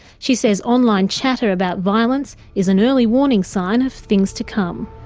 she says online chatter about violence is an early warning sign of things to come.